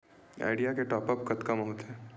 Idea के top up कतका म होथे?